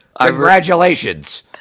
Congratulations